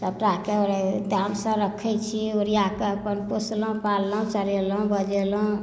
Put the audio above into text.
सबटा के टाइम सॅं राखै छी ओरिया कऽ अपन पोसलहुॅं पाललहुॅं चरेलहुॅं बजेलहुॅं